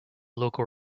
local